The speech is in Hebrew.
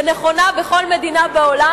שנכונה בכל מדינה בעולם,